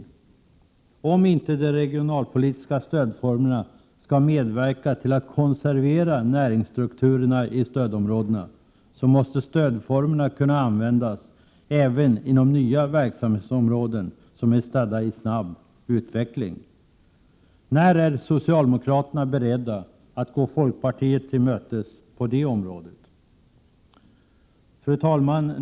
För att undvika att de regionalpolitiska stödformerna medverkar till att konservera näringsstrukturerna i stödområdena måste man se till att stödformerna kan användas även inom nya verksamhetsområden som är stadda i snabb utveckling. När är socialdemokraterna beredda att gå folkpartiet till mötes på den punkten? Fru talman!